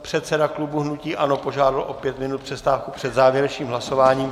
Předseda klubu hnutí ANO požádal o pět minut přestávky před závěrečným hlasováním.